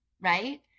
right